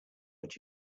what